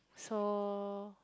so